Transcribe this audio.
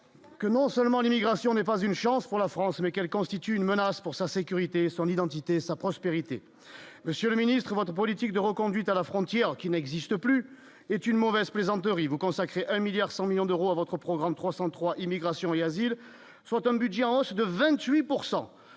Que non seulement l'immigration n'est pas une chance pour la France, mais qu'elle constitue une menace pour sa sécurité, son identité, sa prospérité, monsieur le ministre, votre politique de reconduite à la frontière qui n'existe plus, est une mauvaise plaisanterie vous consacrer un milliard 100 millions d'euros à votre programme 303 Immigration et asile soit un budget en hausse de 28